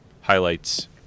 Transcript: highlights